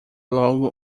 logo